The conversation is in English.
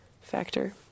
factor